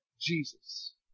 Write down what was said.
Jesus